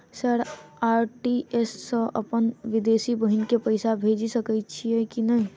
Sir RTGS सँ हम अप्पन विदेशी बहिन केँ पैसा भेजि सकै छियै की नै?